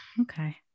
okay